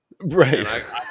Right